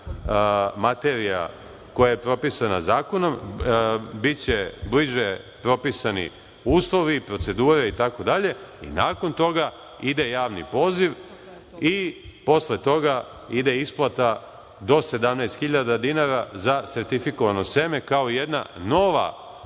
materija koja je propisana zakonom, biće bliže propisani uslovi, procedure, itd. i nakon toga ide javni poziv, a posle toga ide isplata do 17.000 dinara za sertifikovano seme, kao jedna nova mera